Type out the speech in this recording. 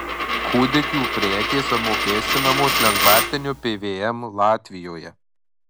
kūdikių prekės apmokestinamos lengvatiniu pvm latvijoje